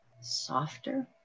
softer